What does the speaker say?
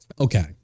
Okay